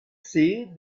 see